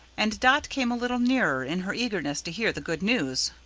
and dot came a little nearer in her eagerness to hear the good news.